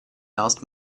asked